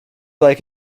like